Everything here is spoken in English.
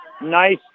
Nice